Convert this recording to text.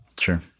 Sure